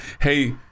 hey